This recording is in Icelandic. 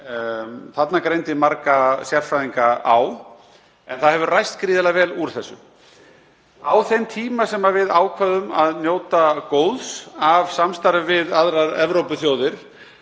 Þarna greindi marga sérfræðinga á, en það hefur ræst gríðarlega vel úr þessu. Á þeim tíma sem við ákváðum að njóta góðs af samstarfi við aðrar Evrópuþjóðir